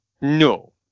No